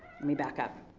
me back up.